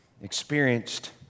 experienced